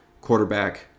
quarterback